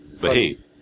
behave